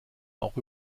auch